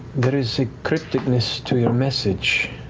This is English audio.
there is a crypticness to your message.